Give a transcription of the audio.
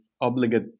obligate